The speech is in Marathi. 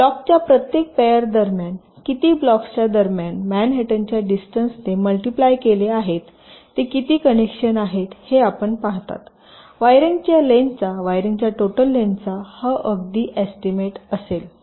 ब्लॉकच्या प्रत्येक पेर दरम्यान किती ब्लॉक्सच्या दरम्यान मॅनहॅटनच्या डिस्टन्सने मल्टिप्लाय केले आहेत ते किती कनेक्शन आहेत हे आपण पाहता वायरिंगच्या लेन्थचावायरिंगच्या टोटल लेन्थचा हा एक अगदी एस्टीमेट असेल